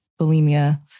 bulimia